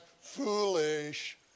foolish